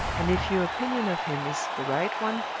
and if your opinion of him is the right one,